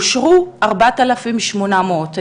ואושרו 4,800 בקשות.